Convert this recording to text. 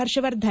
Harshvardhan